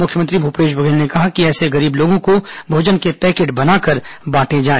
मुख्यमंत्री भूपेश बघेल ने कहा कि ऐसे गरीब लोगों को भोजन के पैकेट बनाकर बांटे जाए